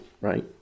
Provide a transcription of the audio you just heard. right